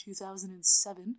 2007